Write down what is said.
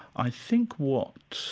i think what,